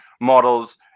models